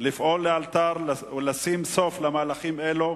לפעול לאלתר ולשים סוף למהלכים אלו,